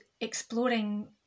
exploring